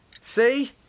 See